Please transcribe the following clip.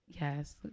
Yes